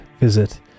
visit